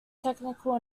technical